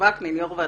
ובשבילי זו זכות ולא